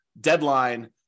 deadline